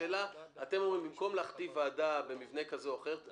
השאלה אתם אומרים שבמקום להכתיב ועדה במבנה כזה או אחר,